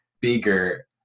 bigger